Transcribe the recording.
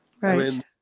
Right